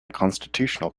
constitutional